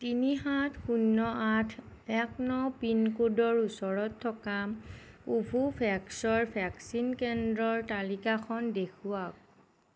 তিনি সাত শূন্য আঠ এক ন পিনক'ডৰ ওচৰত থকা কোভোভেক্সৰ ভেকচিন কেন্দ্ৰৰ তালিকাখন দেখুৱাওক